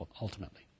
ultimately